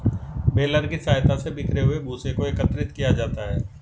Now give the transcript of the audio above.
baler की सहायता से बिखरे हुए भूसे को एकत्रित किया जाता है